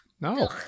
No